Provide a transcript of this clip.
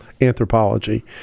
anthropology